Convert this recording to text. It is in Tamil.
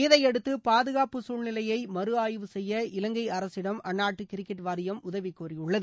இதையடுத்து பாதுகாப்பு சூழ்நிலையை மறுஆய்வு செய்ய இலங்கை அரசிடம் அந்நாட்டு கிரிக்கெட் வாரியம் உதவி கோரியுள்ளது